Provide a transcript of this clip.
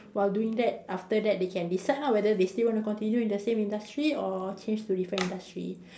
while doing that after that they can decide ah whether they still want to continue in the same industry or change to different industry